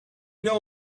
know